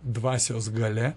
dvasios galia